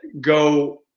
go